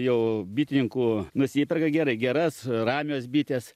jau bitininkų nusiperka gerai geras ramios bitės